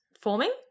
forming